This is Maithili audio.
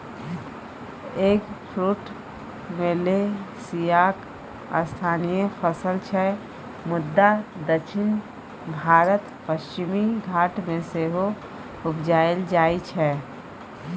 एगफ्रुट मलेशियाक स्थानीय फसल छै मुदा दक्षिण भारतक पश्चिमी घाट मे सेहो उपजाएल जाइ छै